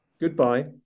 Goodbye